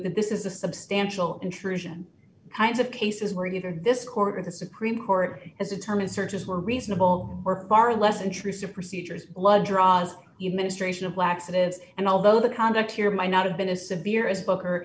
that this is a substantial intrusion kinds of cases where either this court the supreme court as a term is searches were reasonable or par less intrusive procedures blood draws you ministration of laxatives and although the conduct here might not have been as severe as booker